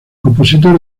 compositor